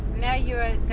now you're